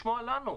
לשמוע לנו,